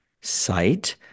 site